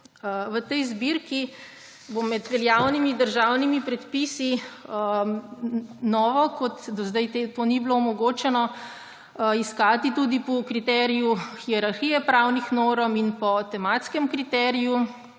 V tej zbirki bo med veljavnimi državnimi predpisi novo, do zdaj to ni bilo omogočeno, iskati tudi po kriteriju hierarhije pravnih norm in po tematskem kriteriju.